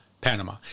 Panama